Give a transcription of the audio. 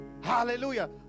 hallelujah